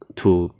to